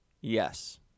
Yes